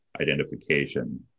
identification